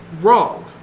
wrong